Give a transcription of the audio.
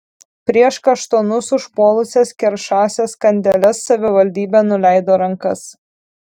prieš kaštonus užpuolusias keršąsias kandeles savivaldybė nuleido rankas